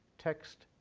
text,